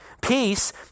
Peace